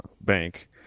bank